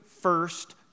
first